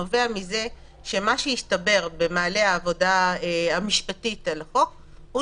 נובע מזה שמה שהסתבר במעלה העבודה המשפטית על החוק הוא